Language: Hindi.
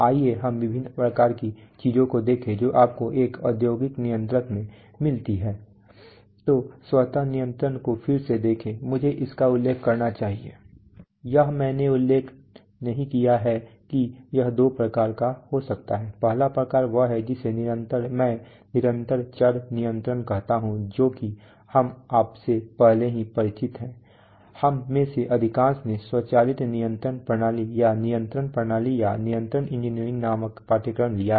आइए हम विभिन्न प्रकार की चीजों को देखें जो आपको एक औद्योगिक नियंत्रक में मिलती हैं तो स्वत नियंत्रण को फिर से देखें मुझे इसका उल्लेख करना चाहिए यह मैंने उल्लेख नहीं किया है कि यह दो प्रकार का हो सकता है पहला प्रकार वह है जिसे मैं निरंतर चर नियंत्रण कहता हूं जो कि हम आपसे पहले ही परिचित हैं हम में से अधिकांश ने स्वचालित नियंत्रण प्रणाली या नियंत्रण प्रणाली या नियंत्रण इंजीनियरिंग नामक पाठ्यक्रम लिया है